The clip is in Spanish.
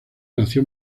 nació